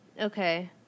okay